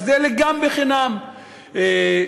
אז זה לגמרי חינם שם,